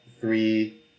three